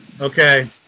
Okay